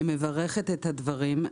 אני מברכת על הדברים.